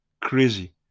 crazy